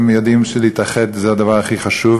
הם יודעים שלהתאחד זה הדבר הכי חשוב,